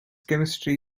chemistry